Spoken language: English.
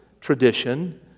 tradition